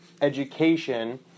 education